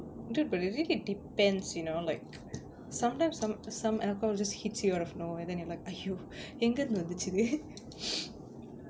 dude but it really depends you know like sometimes some some alcohol just hits you out of nowhere then you're like !aiyo! எங்கிருந்து வந்துச்சு இது:engirunthu vanthuchu ithu